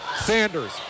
Sanders